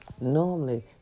Normally